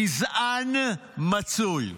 גזען מצוי.